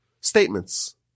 statements